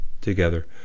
together